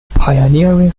pioneering